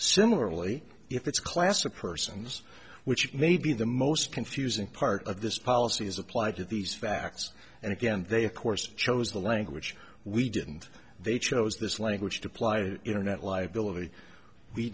similarly if it's class of persons which may be the most confusing part of this policy is applied to these facts and again they of course chose the language we did and they chose this language to apply to internet liability we